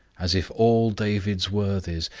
as if all david's worthies,